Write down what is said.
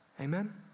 amen